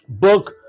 book